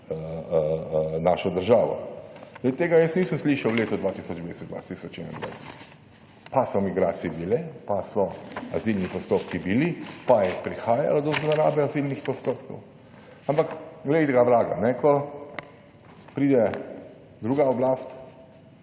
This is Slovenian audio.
našo državo. Tega jaz nisem slišal v letu 2020, 2021, pa so migracije bile, pa so azilni postopki bili, pa je prihajalo do zlorabe azilnih postopkov, ampak glej ga vraga, ko pride druga oblast